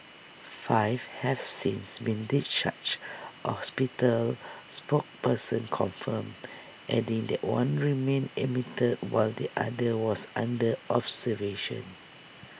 five have since been discharged A hospital spokesperson confirmed adding that one remained admitted while the other was under observation